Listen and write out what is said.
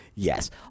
Yes